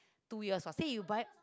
two years or say you buy